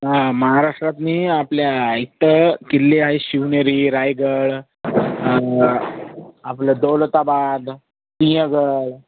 हां महाराष्ट्रातून आपल्या इथं किल्ली आहे शिवनेरी रायगड आपलं दौलताबाद सिंहगड